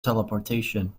teleportation